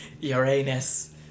Uranus